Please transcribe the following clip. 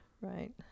right